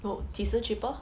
oh 几时 cheaper